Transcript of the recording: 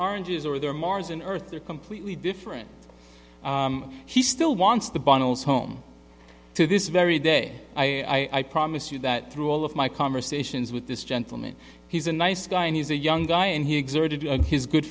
oranges or they're mars and earth they're completely different he still wants the bottles home to this very day i promise you that through all of my conversations with this gentleman he's a nice guy and he's a young guy and he exerted his good